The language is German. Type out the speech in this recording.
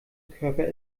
körper